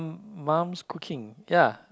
mum's cooking ya